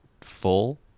full